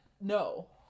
No